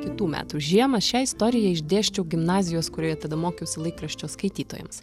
kitų metų žiemą šią istoriją išdėsčiau gimnazijos kurioje tada mokiausi laikraščio skaitytojams